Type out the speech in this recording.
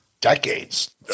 decades